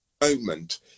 Moment